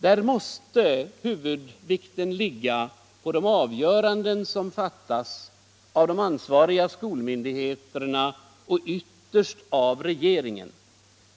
Där måste huvudvikten ligga på de avgöranden som fattas av de ansvariga skolmyndigheterna och ytterst av regeringen.